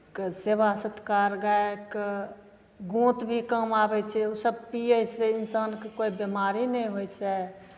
के सेवा सत्कार गायके गोँत भी काम आबै छै ओसभ पियैसँ इन्सानकेँ कोइ बेमारी नहि होइ छै